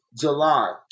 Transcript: july